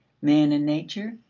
man and nature,